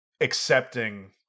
accepting